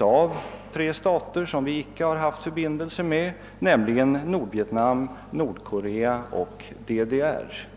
av tre stater som vi icke haft förbindelser med, nämligen Nordvietnam, Nordkorea och DDR.